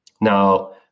Now